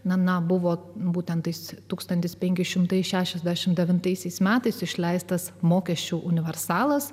na na buvo būtent tais tūkstantis penki šimtai šešiasdešimt devintaisiais metais išleistas mokesčių universalas